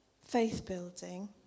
faith-building